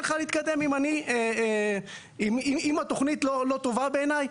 לך להתקדם אם התוכנית לא טובה בעיני,